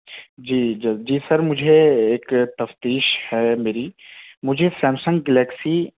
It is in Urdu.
جی جی سر مجھے ایک تفتیش ہے میری مجھے سیمسنگ گلیکسی